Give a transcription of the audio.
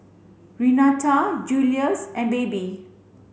Renata Julius and Baby